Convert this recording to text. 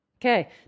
Okay